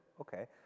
okay